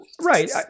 Right